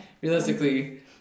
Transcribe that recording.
realistically